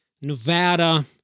Nevada